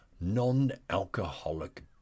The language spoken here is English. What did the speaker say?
non-alcoholic